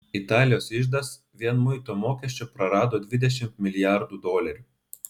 italijos iždas vien muito mokesčio prarado dvidešimt milijardų dolerių